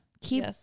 Keep